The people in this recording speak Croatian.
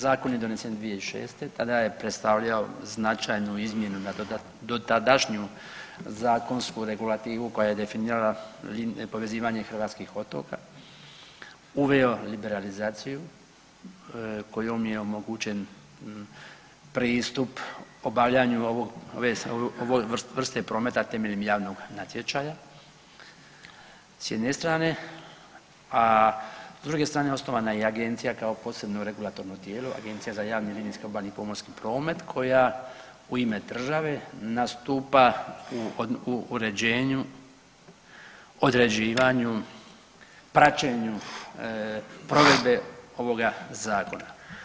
Zakon je donesen 2006., tada je predstavljao značajnu izmjenu dotadašnju zakonsku regulativu koja je definirala povezivanje hrvatskih otoka, uveo liberalizaciju kojom je omogućen pristup ove vrste prometa temeljem javnog natječaja s jedne strane, a s druge strane osnovana je i agencija kao posebno regulatorno tijelo Agencija za javni linijski obalni pomorski promet koja u ime države nastupa u uređenju, određivanju, praćenju provedbe ovoga zakona.